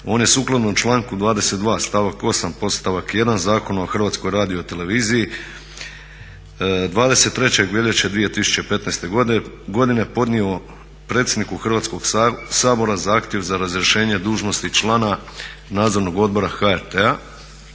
on je sukladno članku 22. stavak 8. podstavak 1. Zakona o Hrvatskoj radioteleviziji 23. veljače 2015. godine podnio predsjedniku Hrvatskoga sabora Zahtjev za razrješenje dužnosti člana Nadzornog odbora HRT-a